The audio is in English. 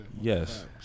Yes